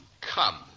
come